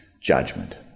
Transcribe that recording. judgment